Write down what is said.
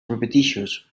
repetitious